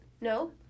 No